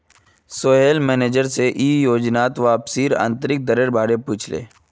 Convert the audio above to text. Sohail manager से ई योजनात वापसीर आंतरिक दरेर बारे पुछले